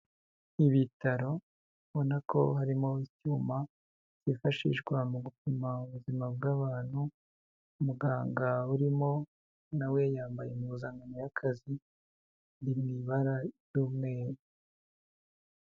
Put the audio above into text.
Ibitaro ubona ko harimo icyuma kifashishwa mu gupima ubuzima bw'abantu, muganga urimo na we yambaye impuzankano y'akazi iri mu ibara ry'umweru.